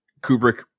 Kubrick